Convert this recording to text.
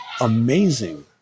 amazing